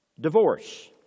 Divorce